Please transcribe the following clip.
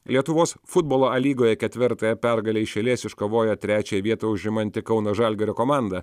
lietuvos futbolo a lygoje ketvirtąją pergalę iš eilės iškovojo trečiąją vietą užimanti kauno žalgirio komanda